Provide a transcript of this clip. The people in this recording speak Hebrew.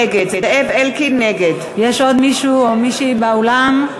נגד יש עוד מישהו או מישהי באולם?